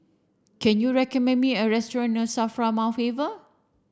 can you recommend me a restaurant near SAFRA Mount Faber